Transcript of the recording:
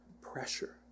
Pressure